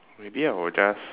maybe I will just